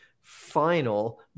final